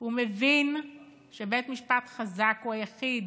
הוא מבין שבית משפט חזק הוא היחיד